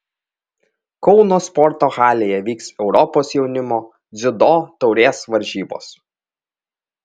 kauno sporto halėje vyks europos jaunimo dziudo taurės varžybos